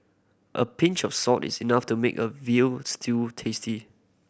a pinch of salt is enough to make a veal stew tasty